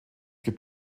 gibt